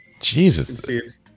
Jesus